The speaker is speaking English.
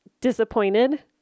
disappointed